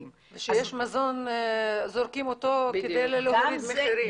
-- כשיש מזון זורקים אותו כדי לא להוריד מחירים.